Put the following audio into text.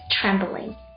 trembling